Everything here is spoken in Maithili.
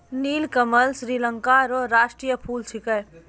नीलकमल श्रीलंका रो राष्ट्रीय फूल छिकै